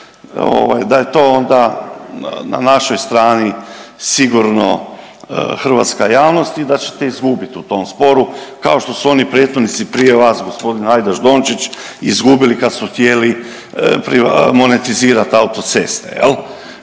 da je to onda na našoj strani sigurno hrvatska javnosti i da ćete izgubiti u tom sporu kao što su oni prethodnici prije vas gospodin Hajdaš Dončić izgubili kad su htjeli monetizirat autoceste jel.